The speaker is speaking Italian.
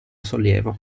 sollievo